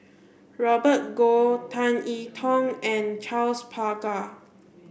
Robert Goh Tan I Tong and Charles Paglar